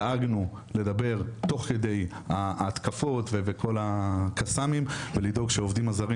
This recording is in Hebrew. דאגנו לדבר תוך כדי ההתקפות ובכל הקסאמים ולדאוג שהעובדים הזרים